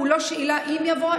זו לא שאלה אם יבוא,